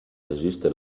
esiste